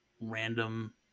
random